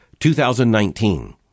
2019